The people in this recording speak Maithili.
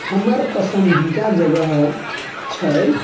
हमर पसन्दीदा जगह छै